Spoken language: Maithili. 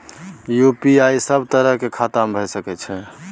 यु.पी.आई सब तरह के खाता में भय सके छै?